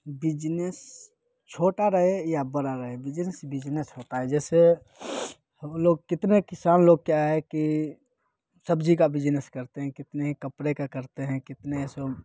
business छोटा रहे या बड़ा रहे बिजनेस बिजनेस होता है जैसे हम लोग कितने किसान लोग क्या है कि सब्जी का बिजनेस करते हैं कितने कपड़े का करते हैं कितने